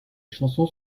chansons